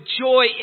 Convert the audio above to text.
joy